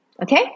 Okay